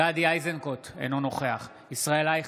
גדי איזנקוט, אינו נוכח ישראל אייכלר,